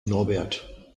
norbert